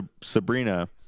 Sabrina